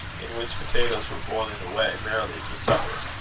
in which potatoes were boiling away merrily for supper.